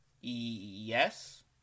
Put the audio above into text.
Yes